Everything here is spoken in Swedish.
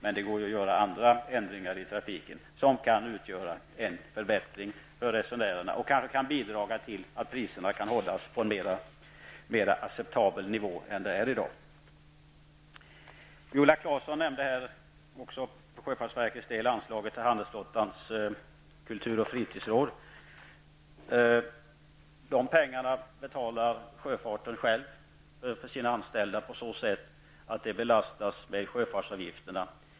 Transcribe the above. Men det går ju att göra andra ändringar i trafiken som kan medföra en förbättring för resenärerna och kanske kan bidra till att priserna kan hållas på en mer acceptabel nivå än i dag. Viola Claesson nämnde också för sjöfartens del anslaget till handelsflottans kultur och fritidsråd. De pengarna betalar sjöfarten själv för sina anställda på så sätt att anslaget belastar sjöfartsavgifterna.